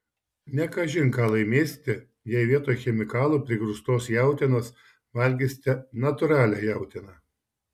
ne kažin ką laimėsite jei vietoj chemikalų prigrūstos jautienos valgysite natūralią jautieną